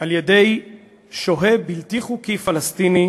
על-ידי שוהה בלתי חוקי פלסטיני,